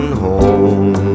home